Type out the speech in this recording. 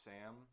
Sam